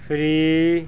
free